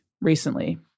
recently